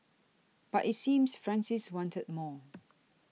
but it seems Francis wanted more